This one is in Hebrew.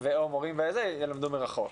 או מורים ילמדו מרחוק,